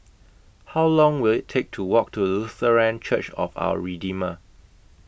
How Long Will IT Take to Walk to Lutheran Church of Our Redeemer